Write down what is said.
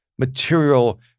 material